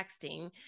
texting